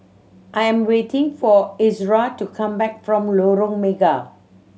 I am waiting for Ezra to come back from Lorong Mega